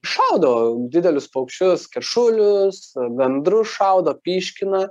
šaudo didelius paukščius keršulius gandrus šaudo pyškina